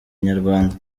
inyarwanda